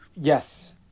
yes